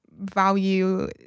value